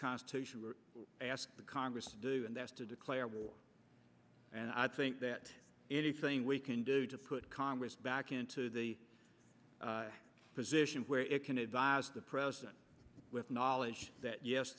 constitution asked the congress to do and that's to declare war and i think that anything we can do to put congress back into the position where it can advise the president with knowledge that yes